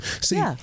See